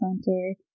Center